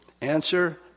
Answer